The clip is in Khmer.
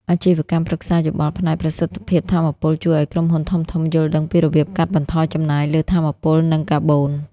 អាជីវកម្មប្រឹក្សាយោបល់ផ្នែកប្រសិទ្ធភាពថាមពល ជួយឱ្យក្រុមហ៊ុនធំៗយល់ដឹងពីរបៀបកាត់បន្ថយចំណាយលើថាមពល និងកាបូន។